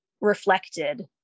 reflected